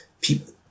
People